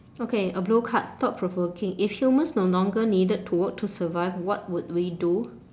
okay a blue card thought provoking if humans no longer needed to work to survive what would we do